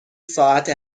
ساعت